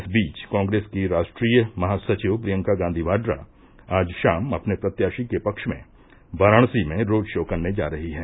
इस बीच कॉप्रेस की राष्ट्रीय महासचिव प्रियंका गांधी वाड्रा आज शाम अपने प्रत्याशी के पक्ष में वाराणसी में रोड शो करने जा रही हैं